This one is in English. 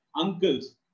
uncles